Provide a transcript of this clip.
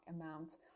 amount